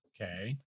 Okay